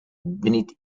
beneath